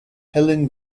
helen